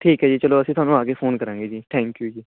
ਠੀਕ ਹੈ ਜੀ ਚਲੋ ਅਸੀਂ ਤੁਹਾਨੂੰ ਆ ਕੇ ਫੋਨ ਕਰਾਂਗੇ ਜੀ ਥੈਂਕ ਯੂ ਜੀ